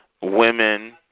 women